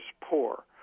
poor